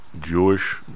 Jewish